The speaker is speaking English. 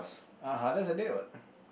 (uh huh) that's a date what